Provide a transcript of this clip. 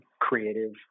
creative